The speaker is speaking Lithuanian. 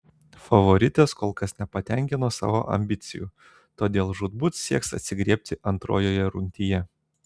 favoritės kol kas nepatenkino savo ambicijų todėl žūtbūt sieks atsigriebti antrojoje rungtyje